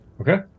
Okay